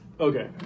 Okay